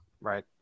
Right